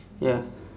ya